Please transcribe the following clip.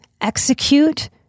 execute